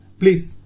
please